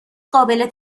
قابل